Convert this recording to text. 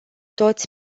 toți